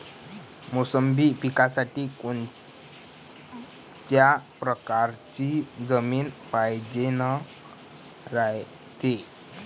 मोसंबी पिकासाठी कोनत्या परकारची जमीन पायजेन रायते?